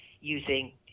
using